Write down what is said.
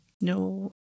no